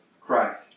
Christ